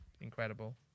incredible